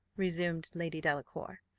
resumed lady delacour,